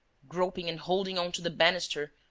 groping and holding on to the banister,